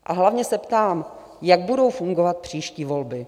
A hlavně se ptám, jak budou fungovat příští volby?